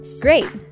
Great